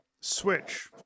switch